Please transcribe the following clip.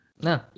No